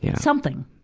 something!